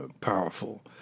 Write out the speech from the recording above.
powerful